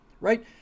right